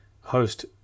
host